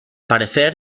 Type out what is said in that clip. parecer